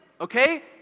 Okay